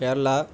Kerala